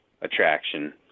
attraction